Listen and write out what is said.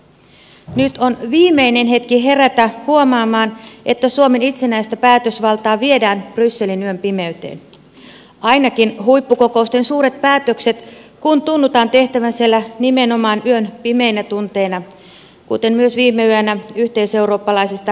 nyt on viimeinen hetki herätä huomaamaan että suomen itsenäistä päätösvaltaa viedään brysselin yön pimeyteen ainakin huippukokousten suuret päätökset kun tunnutaan tehtävän siellä nimenomaan yön pimeinä tunteina kuten myös viime yönä yhteiseurooppalaisesta pankkivalvonnasta